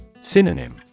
Synonym